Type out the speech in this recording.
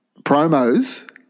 promos –